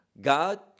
God